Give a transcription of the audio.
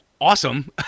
awesome